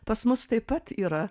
pas mus taip pat yra